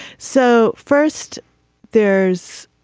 so first there's